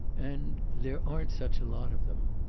and there aren't such a lot of them.